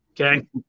Okay